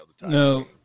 No